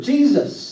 Jesus